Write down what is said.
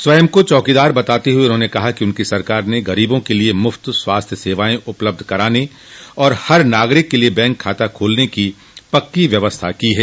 स्वयं को चौकीदार बताते हुए उन्होंने कहा कि उनकी सरकार ने गरीबों के लिए मुफ्त स्वास्थ्य सेवाएं उपलब्ध कराने और हर नागरिक के लिए बैंक खाता खोलने की पक्की व्यवस्था की है